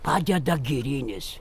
padeda girinis